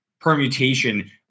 permutation